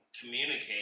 communicate